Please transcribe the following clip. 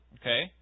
Okay